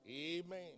Amen